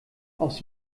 aus